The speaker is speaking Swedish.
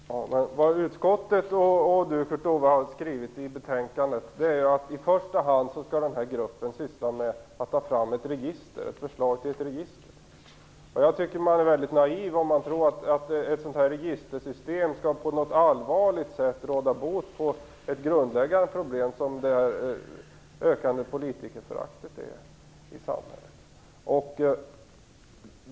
Herr talman! Vad utskottet och Kurt Ove Johansson har skrivit i betänkandet är att den här gruppen i första hand skall syssla med att ta fram ett förslag till ett register. Man är väldigt naiv om man tror att ett sådant registersystem på något allvarligt sätt skall kunna råda bot på ett så grundläggande problem som det ökande politikerföraktet i samhället.